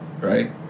right